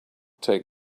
take